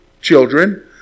children